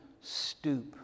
stoop